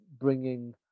bringing